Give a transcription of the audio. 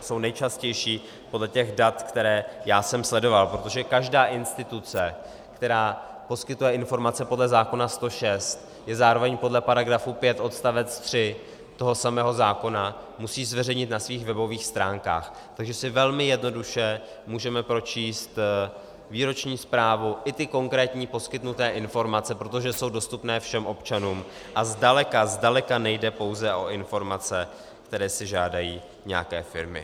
Jsou nejčastější podle těch dat, která jsem já sledoval, protože každá instituce, která poskytuje informace podle zákona 106, musí zároveň podle § 5 odst. 3 toho samého zákona zveřejnit na svých webových stránkách, takže si velmi jednoduše můžeme pročíst výroční zprávu i ty konkrétní poskytnuté informace, protože jsou dostupné všem občanům, a zdaleka nejde pouze o informace, které si žádají nějaké firmy.